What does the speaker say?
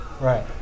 Right